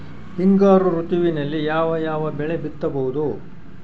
ಹಿಂಗಾರು ಋತುವಿನಲ್ಲಿ ಯಾವ ಯಾವ ಬೆಳೆ ಬಿತ್ತಬಹುದು?